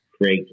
great